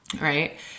right